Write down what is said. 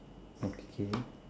okay